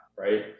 right